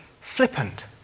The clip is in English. flippant